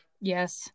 Yes